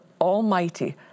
Almighty